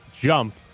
Jump